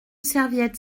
serviette